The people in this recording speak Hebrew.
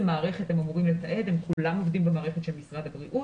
מערכת הם אמורים לעבוד והם כולם עובדים במערכת של משרד הבריאות.